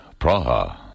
Praha